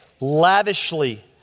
lavishly